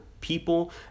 people